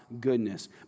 goodness